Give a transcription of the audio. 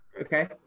okay